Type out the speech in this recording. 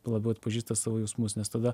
labiau atpažįsta savo jausmus nes tada